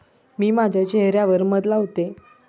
मी माझ्या चेह यावर मध लावते